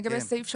לגבי סעיף 3(ה),